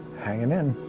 hanging in.